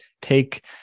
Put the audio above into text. take